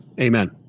amen